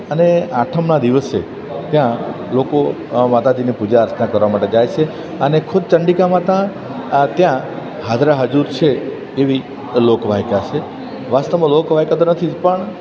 અને આઠમના દિવસે ત્યાં લોકો માતાજીની પૂજા અર્ચના કરવા માટે જાય છે અને ખુદ ચંડીકા માતા આ ત્યાં હાજરાહજુર છે એવી લોકવાયકા છે વાસ્તવમાં લોકવાયકા તો નથી જ પણ